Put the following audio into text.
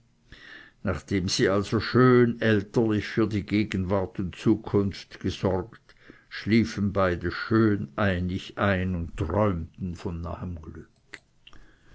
nachdem sie also schön elterlich für die gegenwart und zukunft gesorgt schliefen beide schön einig ein und träumten vom nahen glück